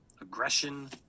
aggression